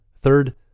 Third